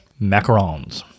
macarons